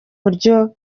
buryo